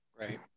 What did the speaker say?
Right